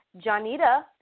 Janita